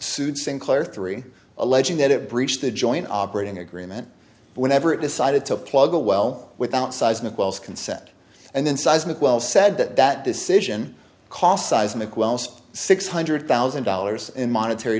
sued sinclair three alleging that it breached the joint operating agreement whenever it decided to plug a well without seismic wells consent and then seismic well said that that decision cost seismic wells six hundred thousand dollars in monetary